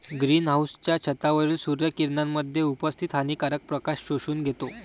green हाउसच्या छतावरील सूर्य किरणांमध्ये उपस्थित हानिकारक प्रकाश शोषून घेतो